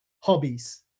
Hobbies